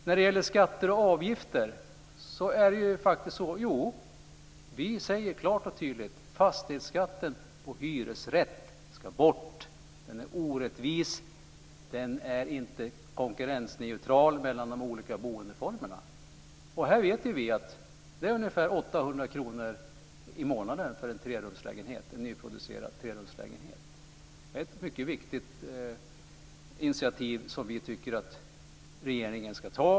När det gäller skatter och avgifter säger vi klart och tydligt att fastighetsskatten på hyresrätt ska bort. Den är orättvis. Den är inte konkurrensneutral mellan de olika boendeformerna. Här vet vi att det innebär ungefär 800 kr i månaden för en nyproducerad trerumslägenhet. Det är ett mycket viktigt initiativ som vi tycker att regeringen ska ta.